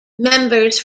members